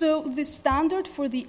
so the standard for the